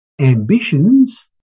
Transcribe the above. ambitions